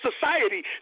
society